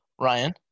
Ryan